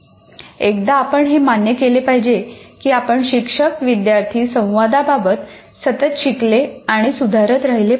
एकदा आपण हे मान्य केले पाहिजे की आपण शिक्षक विद्यार्थी संवादबाबत सतत शिकले आणि सुधारत राहिले पाहिजे